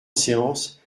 séance